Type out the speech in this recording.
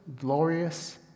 glorious